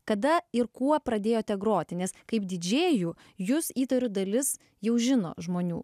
kada ir kuo pradėjote groti nes kaip didžėjų jus įtariu dalis jau žino žmonių